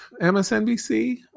MSNBC